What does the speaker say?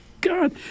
god